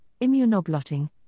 immunoblotting